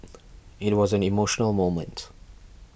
it was an emotional moment